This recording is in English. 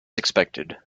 expected